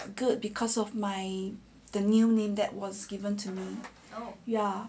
good because of my the new name that was given to me oh ya